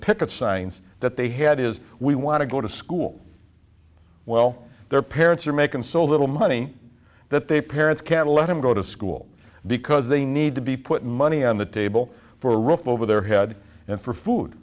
picket signs that they had is we want to go to school well their parents are making so little money that they parents can't let them go to school because they need to be put money on the table for a roof over their head and for food